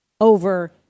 over